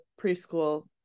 preschool